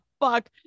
fuck